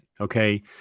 okay